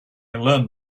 learned